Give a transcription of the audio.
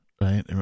right